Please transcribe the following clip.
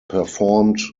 performed